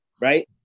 right